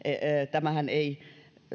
tämähän ei